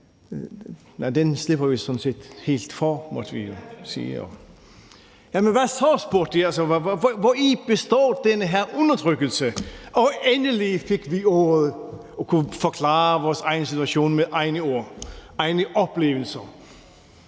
den slipper vi sådan set helt for, måtte vi jo sige. Jamen hvad så? spurgte de. Altså, hvori består den her undertrykkelse? Endelig fik vi ordet og kunne forklare vores situation med egne ord, med egne oplevelser.